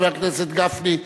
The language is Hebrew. חבר הכנסת גפני,